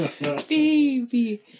Baby